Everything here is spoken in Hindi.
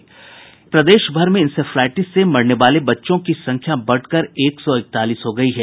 इधर प्रदेशभर में इंसेफ्लाईटिस से मरने वालों बच्चों की संख्या बढ़कर एक सौ इकतालीस हो गयी है